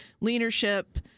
leadership